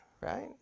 right